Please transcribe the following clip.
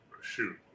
shoot